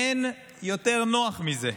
אין יותר נוח מזה,